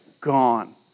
gone